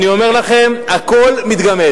אני אומר לכם, הכול מתגמד.